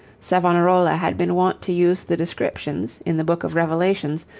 savonarola had been wont to use the descriptions, in the book of revelations,